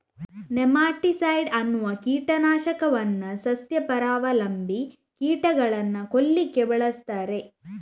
nematicide ಅನ್ನುವ ಕೀಟ ನಾಶಕವನ್ನ ಸಸ್ಯ ಪರಾವಲಂಬಿ ಕೀಟಗಳನ್ನ ಕೊಲ್ಲಿಕ್ಕೆ ಬಳಸ್ತಾರೆ